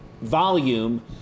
volume